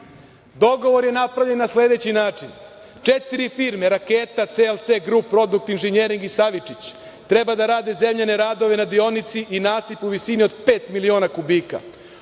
Dogovor je napravljen na sledeći način – četiri firme, „Raketa“, „CLC grup“, „Produkt inženjering“ i „Savičić“ treba da rade zemljane radove na deonici i nasipu visine od pet miliona kubika.